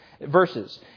verses